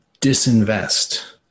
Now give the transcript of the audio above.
disinvest